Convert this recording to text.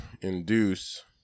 induce